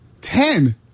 Ten